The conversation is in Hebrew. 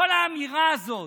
כל האמירה הזאת